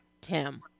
Tim